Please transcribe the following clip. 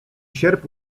sierp